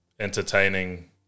entertaining